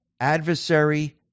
adversary